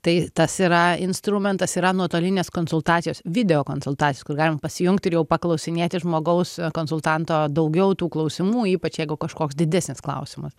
tai tas yra instrumentas yra nuotolinės konsultacijos videokonsultacijos kur galima pasijungti ir jau paklausinėti žmogaus konsultanto daugiau tų klausimų ypač jeigu kažkoks didesnis klausimas